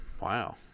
Wow